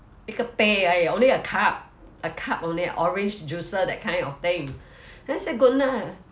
一个杯 !aiya! only a cup a cup only orange juicer that kind of thing then I said good now